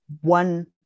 one